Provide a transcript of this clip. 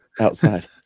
outside